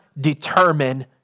determine